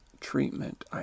treatment